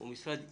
הוא משרד איטי,